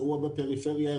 אירוע בפריפריה,